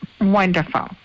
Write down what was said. wonderful